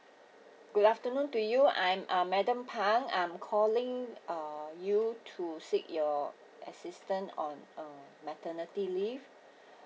good afternoon to you I'm madam phang I'm calling uh you to seek your assistant on uh maternity leave